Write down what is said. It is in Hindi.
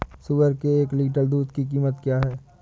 सुअर के एक लीटर दूध की कीमत क्या है?